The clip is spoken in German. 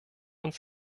uns